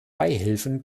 beihilfen